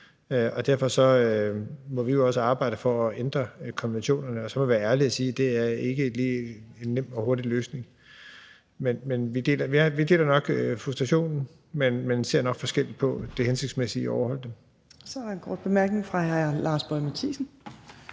på. Derfor må vi også arbejde for at ændre konventionerne. Og så må vi være ærlige og sige, at det ikke lige er en nem og hurtig løsning. Vi deler nok frustrationen, men ser nok forskelligt på det hensigtsmæssige i at overholde dem. Kl. 13:04 Fjerde næstformand